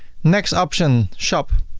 next option, shop.